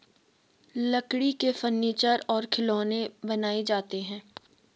लकड़ी से फर्नीचर और खिलौनें बनाये जाते हैं